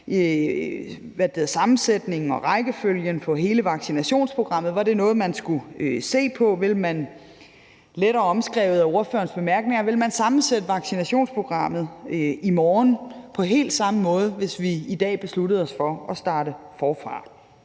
sammensætningen og rækkefølgen på hele vaccinationsprogrammet. Var det noget, man skulle se på? Ville man – med en lettere omskrivning af ordførerens bemærkninger – sammensætte vaccinationsprogrammet i morgen på helt samme måde, hvis vi i dag besluttede os for at starte forfra?